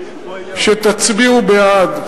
שתצביעו בעד.